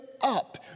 up